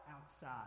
outside